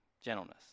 gentleness